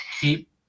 keep